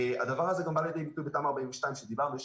הדבר הזה גם בא לידי ביטוי בתמ"א/42 שדיברנו.